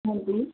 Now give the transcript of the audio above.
ਹਾਂਜੀ